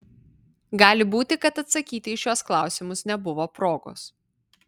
gali būti kad atsakyti į šiuos klausimus nebuvo progos